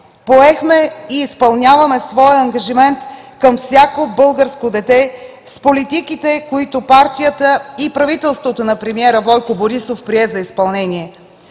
Поехме и изпълняваме своя ангажимент към всяко българско дете с политиките, които партията и правителството на премиера Бойко Борисов прие за изпълнение.